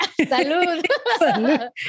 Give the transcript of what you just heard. Salud